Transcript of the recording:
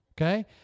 Okay